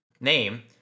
name